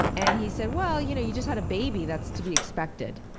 and he said well, you know you just had a baby, that's to be expected.